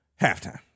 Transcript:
halftime